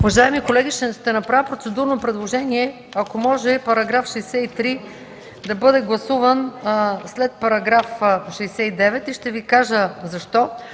Уважаеми колеги, ще направя процедурно предложение, ако може § 63 да бъде гласуван след § 69 и ще Ви кажа защо.